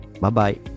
Bye-bye